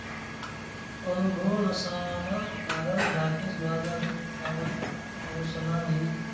अनुभव नसाना कारण राकेश बाजारपेठपावत पहुसना नयी